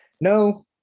No